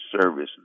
service